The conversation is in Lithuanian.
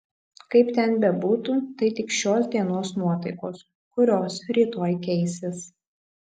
kaip ten bebūtų tai tik šios dienos nuotaikos kurios rytoj keisis